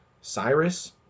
Cyrus